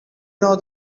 know